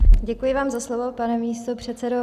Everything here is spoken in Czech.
Děkuji vám za slovo, pane místopředsedo.